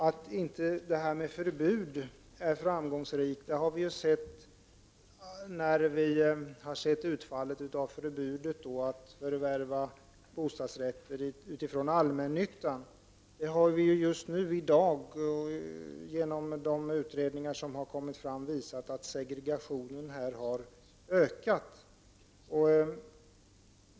Att ett förbud inte är framgångsrikt har vi sett av utfallet av förbudet mot att förvärva bostadsrätter från allmännyttan. Det har, genom de utredningar som har presenterats, visat sig att segregationen har ökat.